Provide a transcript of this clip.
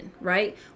right